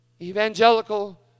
Evangelical